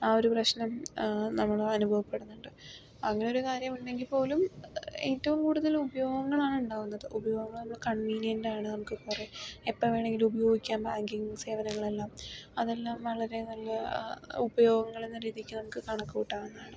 ആ ഒരു പ്രശ്നം നമ്മൾ അനുഭവപ്പെടുന്നുണ്ട് അങ്ങനൊരു കാര്യം ഉണ്ടെങ്കിൽ പോലും ഏറ്റവും കൂടുതൽ ഉപയോഗങ്ങളാണ് ഉണ്ടാകുന്നത് ഉപയോഗങ്ങളെന്നു കൺവീനിയന്റ് ആണ് നമുക്ക് കുറേ എപ്പം വേണമെങ്കിലും ഉപയോഗിക്കാം ബാങ്കിങ് സേവനങ്ങൾ എല്ലാം അതെല്ലാം വളരെ നല്ല ഉപയോഗങ്ങളെന്നരീതിക്ക് നമുക്ക് കണക് കൂട്ടാവുന്നതാണ്